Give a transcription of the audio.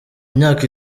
myaka